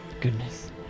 goodness